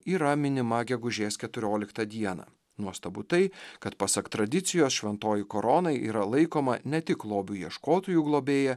yra minima gegužės keturioliktą dieną nuostabu tai kad pasak tradicijos šventoji korona yra laikoma ne tik lobių ieškotojų globėja